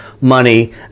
money